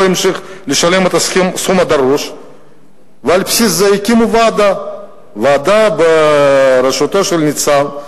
ימשיך לשלם את הסכום הדרוש ועל בסיס זה הקימו ועדה בראשות ניסן,